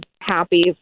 happy